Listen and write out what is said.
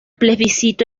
plebiscito